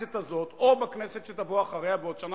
בכנסת הזאת או בכנסת שתבוא אחריה בעוד שנה,